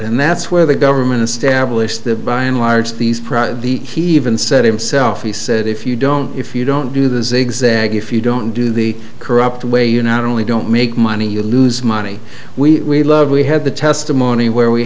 and that's where the government established that by and large these price the he even said himself he said if you don't if you don't do the zigzag if you don't do the corrupt way you not only don't make money you lose money we love we had the testimony where we